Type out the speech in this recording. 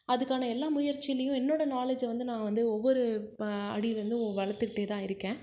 அதற்கான எல்லா முயற்சிலையும் என்னோட நாலேஜை வந்து நான் வந்து ஒவ்வொரு அடிலேருந்தும் வளர்த்துக்கிட்டே தான் இருக்கேன்